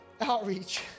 outreach